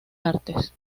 artes